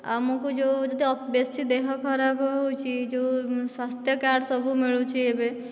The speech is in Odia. ଆମକୁ ଯେଉଁ ଯେତେ ବେଶୀ ଦେହ ଖରାପ ହେଉଛି ଯେଉଁ ସ୍ୱାସ୍ଥ୍ୟ କାର୍ଡ ସବୁ ମିଳୁଛି ଏବେ